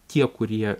tie kurie